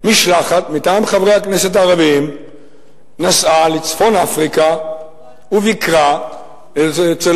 משלחת מטעם חברי הכנסת הערבים נסעה לצפון-אפריקה וביקרה אצל